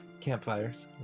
campfires